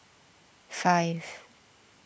five